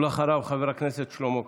אחריו, חבר הכנסת שלמה קרעי.